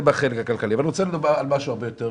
והגענו לקצת יותר מ-6%.